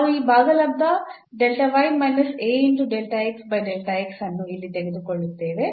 ನಾವು ಈ ಭಾಗಲಬ್ಧ ಅನ್ನು ಇಲ್ಲಿ ತೆಗೆದುಕೊಳ್ಳುತ್ತೇವೆ